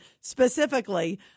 specifically